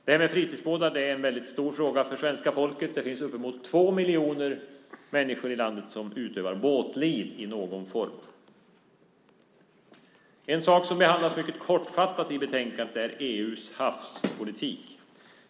Detta med fritidsbåtar är en stor fråga för svenska folket. Det finns uppemot två miljoner människor i landet som utövar båtliv i någon form. En sak som behandlas mycket kortfattat i betänkandet är EU:s havspolitik.